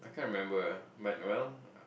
I can't remember lah but well